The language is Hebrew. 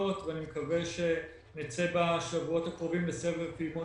עמותות ואני מקווה שנצא בשבועות הקרובים לסבב פעימות